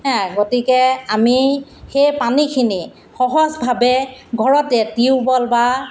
হা গতিকে আমি সেই পানীখিনি সহজভাৱে ঘৰতে টিউবৱেল বা